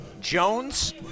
Jones